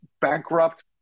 bankrupt